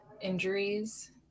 injuries